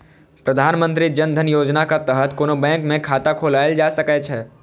प्रधानमंत्री जन धन योजनाक तहत कोनो बैंक मे खाता खोलाएल जा सकै छै